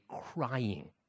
crying